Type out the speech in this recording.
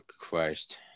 Christ